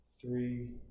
three